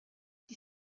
die